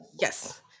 Yes